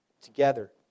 together